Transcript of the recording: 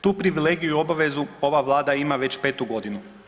Tu privilegiju i obavezu ova Vlada ima već 5-tu godinu.